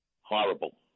Horrible